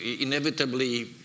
inevitably